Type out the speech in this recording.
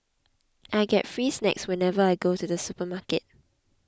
I get free snacks whenever I go to the supermarket